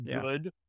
good